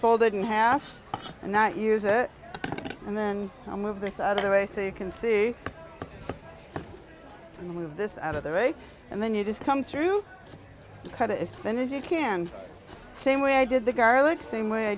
folded in half and not use it and then i'll move this out of the way so you can see i move this out of the way and then you just come through credit as thin as you can same way i did the garlic same way i